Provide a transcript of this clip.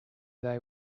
they